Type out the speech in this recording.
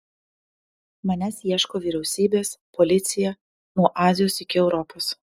manęs ieško vyriausybės policija nuo azijos iki europos